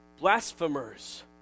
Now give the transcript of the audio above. Blasphemers